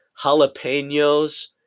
jalapenos